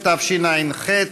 כאמור,